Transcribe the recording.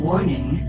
Warning